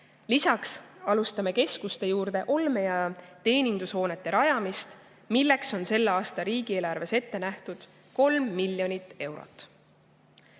Lisaks alustame keskuste juurde olme- ja teenindushoonete rajamist, milleks on selle aasta riigieelarves ette nähtud 3 miljonit eurot.